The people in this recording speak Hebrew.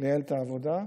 לייעל את העבודה.